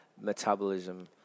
metabolism